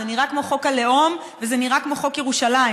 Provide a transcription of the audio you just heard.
זה נראה כמו חוק הלאום וזה נראה כמו חוק ירושלים,